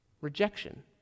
rejection